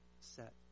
set